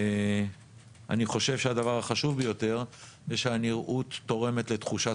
ואני חושב שהדבר החשוב ביותר זה שהנראות תורמת לתחושת